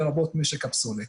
לרבות משק הפסולת.